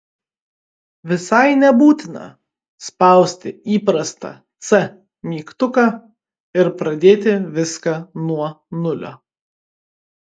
visai nebūtina spausti įprastą c mygtuką ir pradėti viską nuo nulio